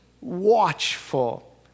watchful